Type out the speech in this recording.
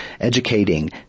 educating